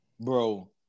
bro